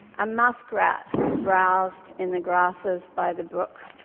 a muskrat browsed in the grasses by the brook.